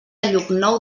llocnou